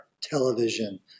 television